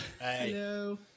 Hello